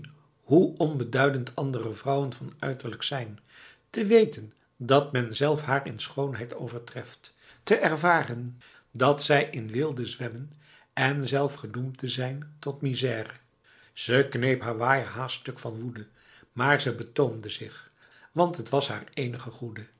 hoe onbeduidend andere vrouwen van uiterlijk zijn te weten dat men zelf haar in schoonheid overtreft te ervaren dat zij in weelde zwemmen en zelf gedoemd te zijn tot misère ze kneep haar waaier haast stuk van woede maar ze betoomde zich want t was haar enige goede